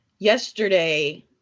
Yesterday